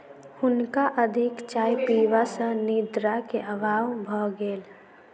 हुनका अधिक चाय पीबा सॅ निद्रा के अभाव भ गेल